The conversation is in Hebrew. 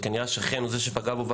והנקודה החשובה